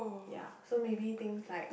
ya so maybe things like